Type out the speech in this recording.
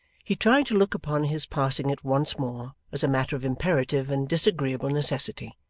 he tried to look upon his passing it once more as a matter of imperative and disagreeable necessity,